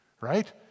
Right